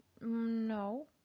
No